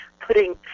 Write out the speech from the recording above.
putting